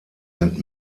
sind